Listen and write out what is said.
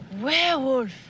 Werewolf